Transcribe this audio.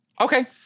Okay